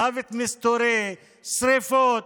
מוות מסתורי, שרפות,